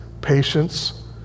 patience